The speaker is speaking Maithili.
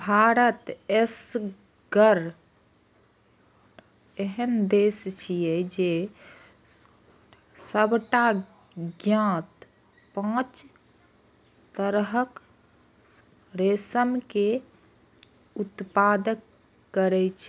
भारत एसगर एहन देश छियै, जे सबटा ज्ञात पांच तरहक रेशम के उत्पादन करै छै